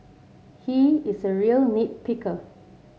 he is a real nit picker